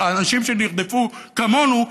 כי אנשים שנרדפו כמונו,